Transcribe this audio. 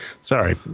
Sorry